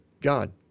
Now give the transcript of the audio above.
God